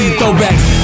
throwbacks